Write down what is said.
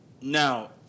now